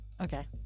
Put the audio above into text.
Okay